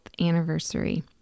anniversary